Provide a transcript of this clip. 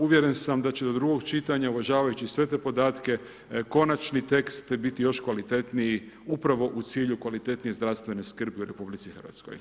Uvjeren sam da će do drugog čitanja, uvažavajući sve te podatke konačni tekst biti još kvalitetniji upravo u cilju kvalitetnije zdravstvene skrbi u RH.